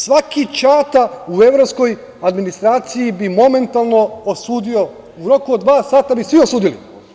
Svaki ćata u evropskoj administraciji bi momentalno osudio, u roku od dva sata bi svi osudili.